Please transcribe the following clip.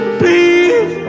please